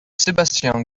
sébastien